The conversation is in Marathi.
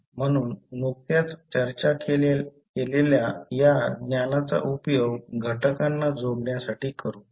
म्हणून नुकत्याच चर्चा केलेल्या या ज्ञानाचा उपयोग घटकांना जोडण्यासाठी करु